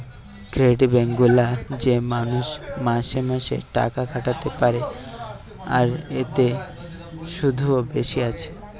credit bank গুলা তে মানুষ মাসে মাসে টাকা খাটাতে পারে আর এতে শুধও বেশি আসে